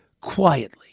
quietly